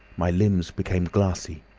my limbs became glassy,